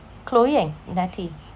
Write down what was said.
chloe and netty